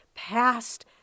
past